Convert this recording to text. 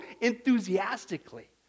enthusiastically